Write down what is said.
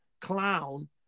clown